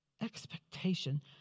Expectation